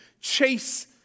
chase